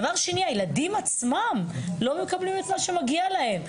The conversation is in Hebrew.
דבר שני, הילדים עצמם לא מקבלים את מה שמגיע להם.